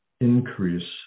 increase